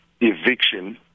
eviction